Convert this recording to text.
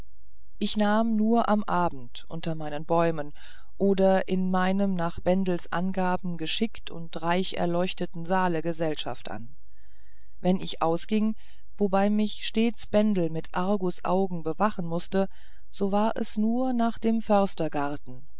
ich nahm nur am abend unter meinen bäumen oder in meinem nach bendels angabe geschickt und reich erleuchteten saale gesellschaft an wenn ich ausging wobei mich stets bendel mit argusaugen bewachen mußte so war es nur nach dem